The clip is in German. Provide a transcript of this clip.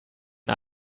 ein